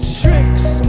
tricks